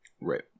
right